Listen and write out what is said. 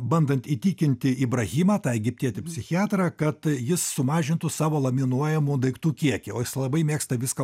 bandant įtikinti ibrahimą tą egiptietį psichiatrą kad jis sumažintų savo laminuojamų daiktų kiekį o jis labai mėgsta viską